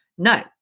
No